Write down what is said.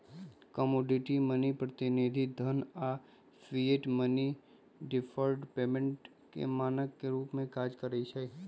commodity money, प्रतिनिधि धन आऽ फिएट मनी डिफर्ड पेमेंट के मानक के रूप में काज करइ छै